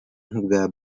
nk’ubwa